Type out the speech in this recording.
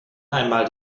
einmal